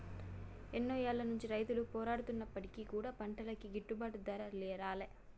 ఎన్నో ఏళ్ల నుంచి రైతులు పోరాడుతున్నప్పటికీ కూడా పంటలకి గిట్టుబాటు ధర రాలే